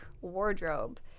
wardrobe